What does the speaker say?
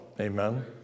amen